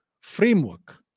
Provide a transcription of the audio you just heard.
framework